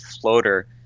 floater